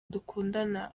dukundana